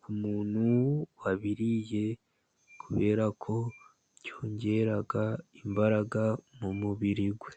ku muntu wabiriye, kubera ko byongera imbaraga mu mubiri we.